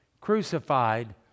crucified